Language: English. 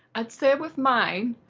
i'd say with mine,